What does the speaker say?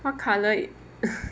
what colour